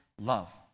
love